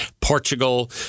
Portugal